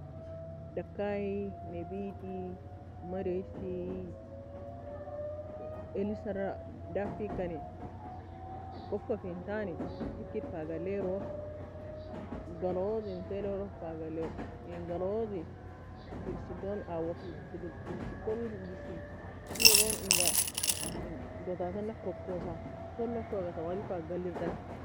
Dakai nebiti maresi Elisar a dafi kane kuffa fin tani, Hikir fa galairo? Galaoz en teriae log fa galair en galozi teriae tone awa fe terisi kogor en gesie wida goni en gota tan la kokosa toly koga twali fa galirdangi